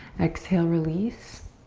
exhale, release.